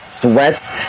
sweats